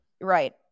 right